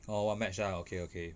oh one match ah okay okay